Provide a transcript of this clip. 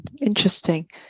Interesting